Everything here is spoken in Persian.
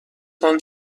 تان